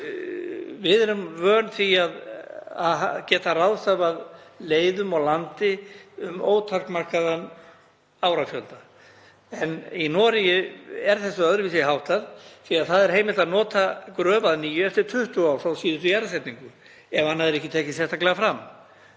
Við erum vön því að geta ráðstafað leiðum og landi um ótakmarkaðan árafjölda. En í Noregi er þessu öðruvísi háttað því að heimilt er að nota gröf að nýju eftir 20 ár frá síðustu jarðsetningu, ef annað er ekki tekið sérstaklega fram